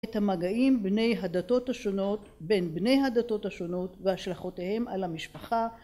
את המגעים ביני הדתות השונות בין בני הדתות השונות והשלכותיהם על המשפחה